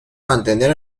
mantener